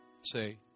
Say